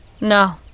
No